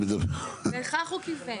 לכך הוא כיוון.